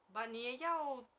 but 你也要